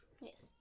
Yes